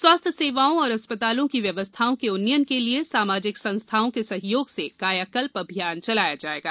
स्वास्थ्य सेवाओं और अस्पतालों की व्यवस्थाओं के उन्नयन के लिए सामाजिक संस्थाओं के सहयोग से कायाकल्प अभियान चलाया जायेगा